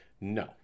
No